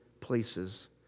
places